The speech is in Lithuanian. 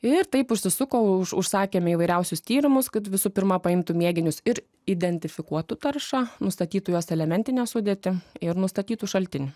ir taip užsisuko už užsakėme įvairiausius tyrimus kad visu pirma paimtų mėginius ir identifikuotų taršą nustatytų jos elementinę sudėtį ir nustatytų šaltinį